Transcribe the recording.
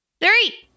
three